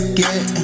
get